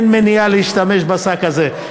אין מניעה להשתמש בשק הזה.